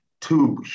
two